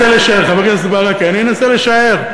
חברי חבר הכנסת ברכה, אני אנסה לשער.